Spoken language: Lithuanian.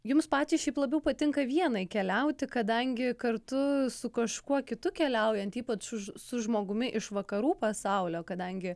jums pačiai šiaip labiau patinka vienai keliauti kadangi kartu su kažkuo kitu keliaujant ypač su žmogumi iš vakarų pasaulio kadangi